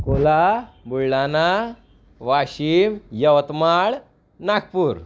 Akola Buldhana Washim Yavatmal Nagpur